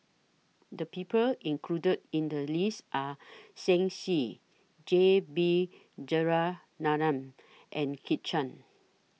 The People included in The list Are Shen Xi J B Jeyaretnam and Kit Chan